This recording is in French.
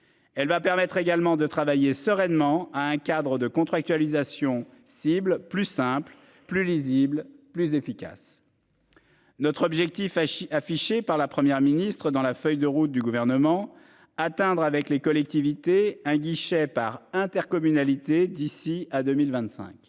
Elle va permettre également de travailler sereinement à un cadre de contractualisation ciblent plus simple, plus lisible, plus efficace. Notre objectif affiché par la Première ministre dans la feuille de route du gouvernement atteindre avec les collectivités un guichet par intercommunalités d'ici à 2025.